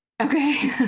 okay